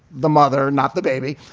the mother, not the baby,